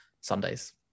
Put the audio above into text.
Sundays